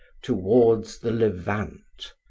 towards the levant.